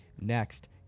next